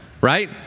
Right